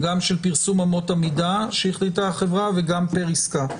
גם של פרסום אמות המידה שהחליטה החברה וגם פר עסקה.